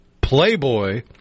Playboy